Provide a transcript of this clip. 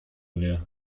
wie